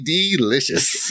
Delicious